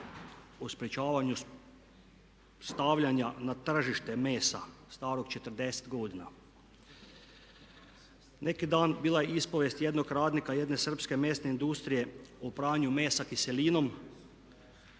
o sprječavanju stavljanja na tržište mesa starog 40 godina. Neki dan bila je ispovijest jednog radnika jedne srpske mesne industrije o pranju mesa kiselinom